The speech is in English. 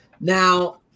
Now